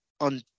on